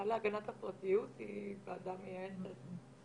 אני מתרעמת על כך שאם אין בידוד וסגר